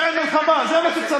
לצאת החוצה, בבקשה.